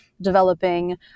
developing